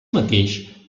mateix